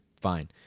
Fine